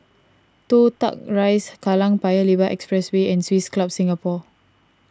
Toh Tuck Rise Kallang Paya Lebar Expressway and Swiss Club Singapore